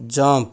jump